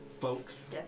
Folks